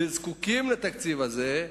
וזקוקים לתקציב הזה,